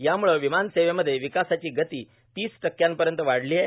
यामुळे विमानसेवेमध्ये विकासाची गती तीस टक्क्यांपर्यंत वाढली आहे